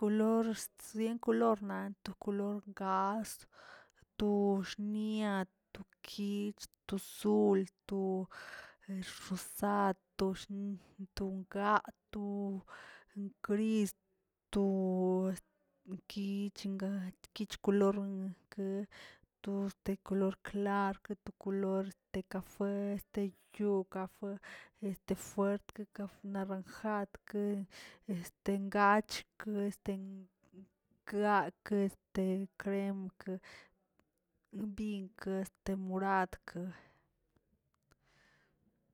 Lords sien kolor na to kolor gass, to xnia, to kich, to azul, to rosad, to ngaa, to gris, o guich nga kolor enke, este kolor klar, to kolor de kafe, yo kafe este fuert, este naranjadke, este ngach, este ngaak este creem, ke pink este moradke.